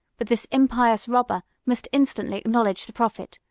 but this impious robber must instantly acknowledge the prophet,